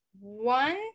One